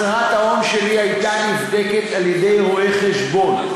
הצהרת ההון שלי הייתה נבדקת על-ידי רואה-חשבון,